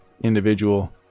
individual